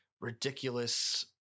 ridiculous